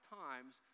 times